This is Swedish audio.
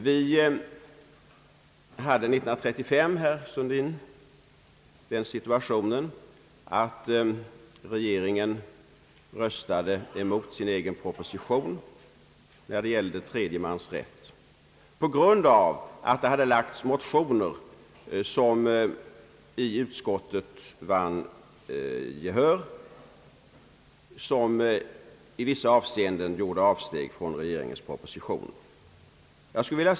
Vi hade 1935, herr Sundin, den situationen att regeringen röstade mot sin egen proposition när det gällde tredje mans rätt på grund av att det hade framlagts motioner som i utskottet vann gehör och som i vissa avseenden gjorde avsteg från regeringens proposition.